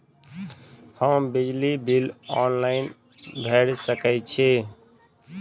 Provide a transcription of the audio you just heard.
हम बिजली bill online भैर सकै छी?